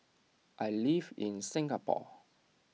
I live in Singapore